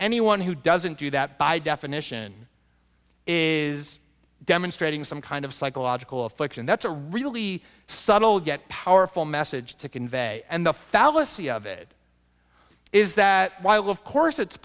anyone who doesn't do that by definition is demonstrating some kind of psychological affliction that's a really subtle yet powerful message to convey and the fallacy of it is that while of course it's